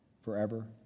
forever